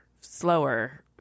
slower